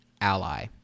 ally